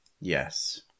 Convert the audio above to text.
Yes